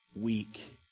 weak